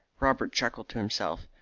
robert chuckled to himself.